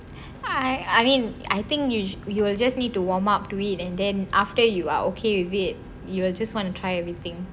I I mean I think you'll just need to warm up to it and then after you are okay with it you will just want to try everything